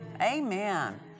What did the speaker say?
Amen